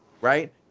right